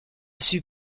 suis